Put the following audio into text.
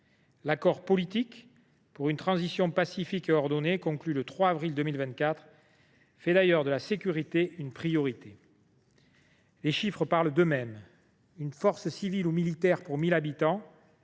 L’accord politique pour une transition pacifique et ordonnée, conclu le 3 avril 2024, fait d’ailleurs de la sécurité une priorité. Les chiffres parlent d’eux mêmes : avec un membre d’une force civile ou militaire pour mille habitants,